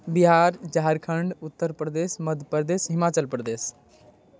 Bihar Jharkhand Uttar Pradesh Madhya Pradesh Himachal Pradesh